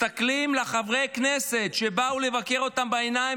מסתכלים לחברי הכנסת שבאו לבקר אותם בעיניים